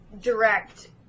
direct